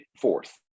fourth